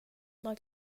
like